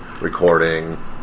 recording